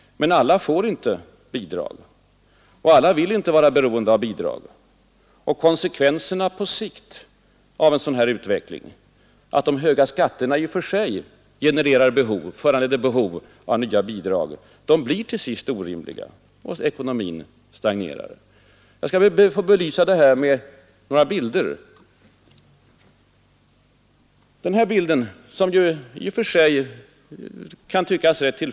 Men alla får inte bidrag. Alla vill inte vara beroende av bidrag. Konsekvenserna på sikt av en sådan utveckling, innebärande att de höga skatterna i sig föranleder behov av nya bidrag, blir till sist orimliga, och ekonomin stagnerar. Jag skall be att få belysa detta förhållande med hänvisning till den löneutveckling som statistiskt räknats fram.